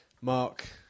Mark